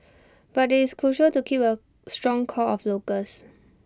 but IT is crucial to keep A strong core of locals